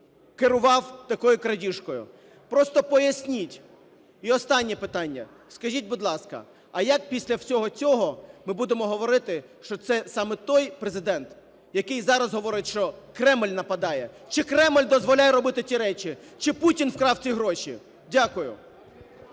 керував такою крадіжкою, просто поясніть? І останнє питання. Скажіть, будь ласка, а як після всього цього ми будемо говорити, що це саме той Президент, який зараз говорить, що Кремль нападає? Чи Кремль дозволяє робити ті речі? Чи Путін вкрав ті гроші? Дякую.